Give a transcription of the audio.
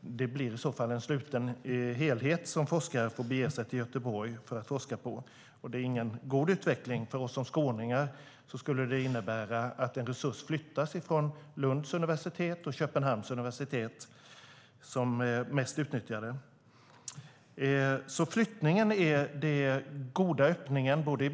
det blir fråga om en sluten helhet som kommer att finnas i Göteborg för forskare att forska på. Det är ingen god utveckling. För oss skåningar innebär det att en resurs flyttas från Lunds universitet och Köpenhamns universitet, som är de universitet som mest utnyttjar arkivet.